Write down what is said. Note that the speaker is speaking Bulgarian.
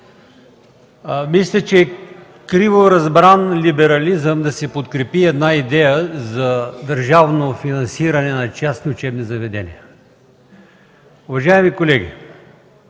Мисля, че е криворазбран либерализъм да се подкрепи идеята за държавно финансиране на частните учебни заведения. Уважаеми колеги,